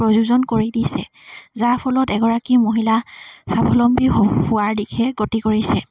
প্ৰযোজন কৰি দিছে যাৰ ফলত এগৰাকী মহিলা স্বাৱলম্বী হ হোৱাৰ দিশে গতি কৰিছে